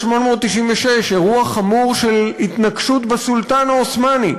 1896, אירוע חמור של התנקשות בסולטן העות'מאני